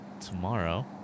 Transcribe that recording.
tomorrow